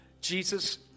Jesus